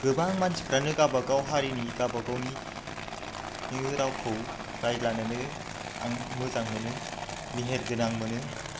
गोबां मानसिफोरानो गावबागाव हारिनि गावबागावनि रावखौ रायज्लायनोनो आं मोजां मोनो मेहेर गोनां मोनो